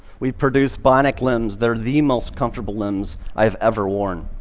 we've produced bionic limbs that are the most comfortable limbs i've ever worn.